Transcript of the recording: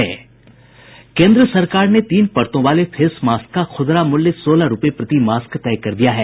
केन्द्र सरकार ने तीन परतों वाले फेस मास्क का खुदरा मूल्य सोलह रुपए प्रति मास्क तय कर दिया है